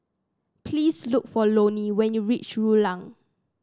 please look for Loney when you reach Rulang